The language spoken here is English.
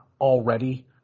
already